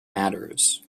matters